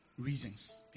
reasons